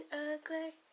ugly